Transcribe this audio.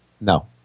No